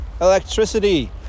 electricity